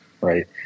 right